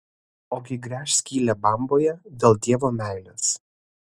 ogi gręš skylę bamboje dėl dievo meilės